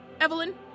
Evelyn